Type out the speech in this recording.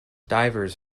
divers